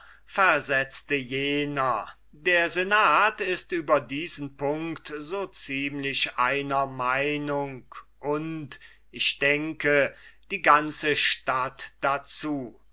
versetzte jener der senat ist über diesen punct so ziemlich einer meinung und ich denke die ganze stadt dazu